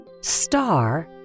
star